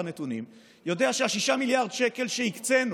הנתונים יודע שה-6 מיליארד שקל שהקצינו